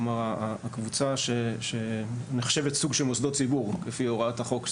כלומר הקבוצה שנחשבת סוג של מוסדות ציבור כפי הוראות החוק,